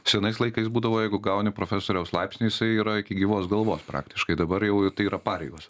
senais laikais būdavo jeigu gauni profesoriaus laipsnį jisai yra iki gyvos galvos praktiškai dabar jau tai yra pareigos